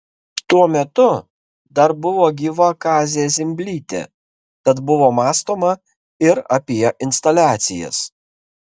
tuo metu dar buvo gyva kazė zimblytė tad buvo mąstoma ir apie instaliacijas